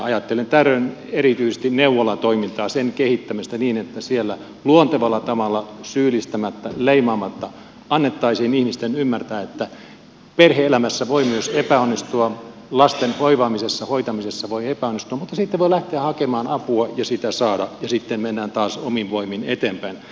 ajattelen tällöin erityisesti neuvolatoimintaa sen kehittämistä niin että siellä luontevalla tavalla syyllistämättä leimaamatta annettaisiin ihmisten ymmärtää että perhe elämässä voi myös epäonnistua lasten hoivaamisessa hoitamisessa voi epäonnistua mutta sitten voi lähteä hakemaan apua ja sitä saada ja sitten mennään taas omin voimin eteenpäin